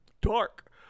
dark